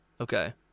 Okay